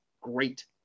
great